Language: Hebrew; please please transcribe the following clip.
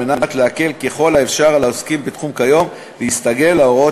על מנת להקל ככל האפשר על המועסקים בתחום כיום להסתגל להוראות